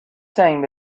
زنگ